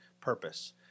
purpose